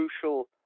crucial